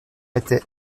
était